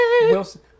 Wilson